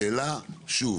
השאלה שוב